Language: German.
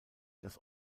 das